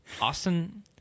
Austin